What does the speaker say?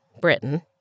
Britain